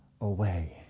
away